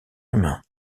humain